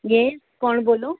yes કોણ બોલો